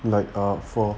like ah